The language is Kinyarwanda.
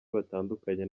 batandukanye